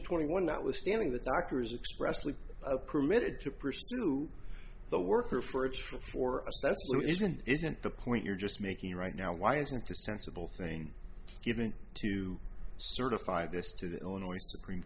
twenty one that was standing the doctor's expressly permitted to pursue the worker for a trial for so isn't isn't the point you're just making right now why isn't a sensible thing given to certify this to the illinois supreme